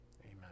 Amen